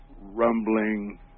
rumbling